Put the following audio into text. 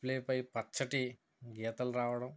display పై పచ్చటి గీతాలు రావడం